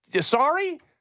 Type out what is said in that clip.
Sorry